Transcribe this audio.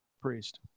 Priest